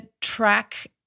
track